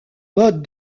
mode